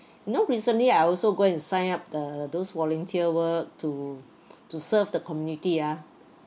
you know recently I also go and sign up the those volunteer work to to serve the community ah